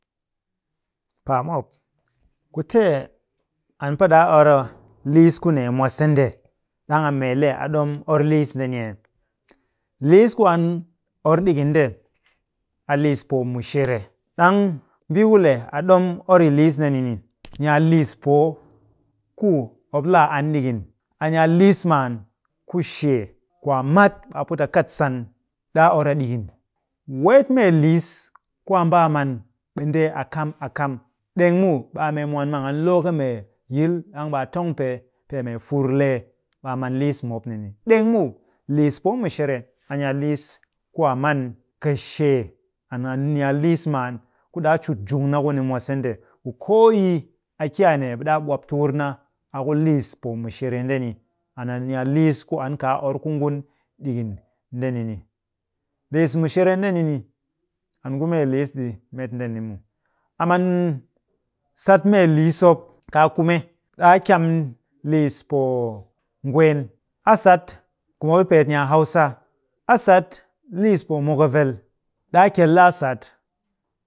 Paa mop, kute an pa ɗaa or a liis kunee mwase nde, ɗang a mee le a ɗom or liis ndeni ee? Liis ku an or ɗikin nde, a liis poo mushere. ɗang mbii ku le a ɗom or yi liis ndeni ni, ni a liis poo ku mop laa an ɗikin. A ni a liis maan kushee ku a mat ɓe a put a kat san ɗaa or a ɗikin. Weet mee liis ku a mbaa a man, ɓe ndee a kam a kam. ɗeng muw, ɓe a mee mwaan mang an loo kɨ mee yil, ɗang ɓe a tong pee, pee mee fur lee. ɓe a man liis mu mop ni ni. ɗeng muw, liis poo mushere, a ni a liis kuu a man kɨshee a ni a liis man ku ɗaa cut njung na kuni. Ku koo yi a ki a nee, ɓe ɗaa ɓwap tukur na a ku liis poo mushere. And a ni a liis ku an kaa or ku ngun ɗikin ndeni ni. Liis mushere ndeni ni, an ku mee liis ɗi met ndeni muw. A man sat mee liis mop. Kaa kume, ɗaa kyam liis poo ngween. A sat, ku mop ɗi peet ni a hausa. A sat liis poo mwaghavel. ɗaa kyel ɗaa sat.